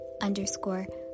underscore